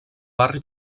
barri